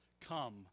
come